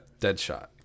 Deadshot